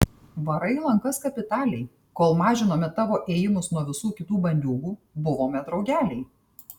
varai į lankas kapitaliai kol mažinome tavo ėjimus nuo visų kitų bandiūgų buvome draugeliai